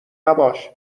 نباش